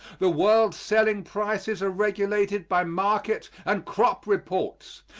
the world's selling prices are regulated by market and crop reports.